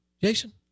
jason